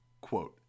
Quote